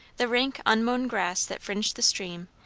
the rank unmown grass that fringed the stream,